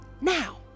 now